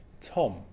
Tom